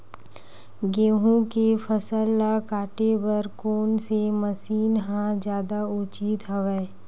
गेहूं के फसल ल काटे बर कोन से मशीन ह जादा उचित हवय?